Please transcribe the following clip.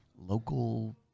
local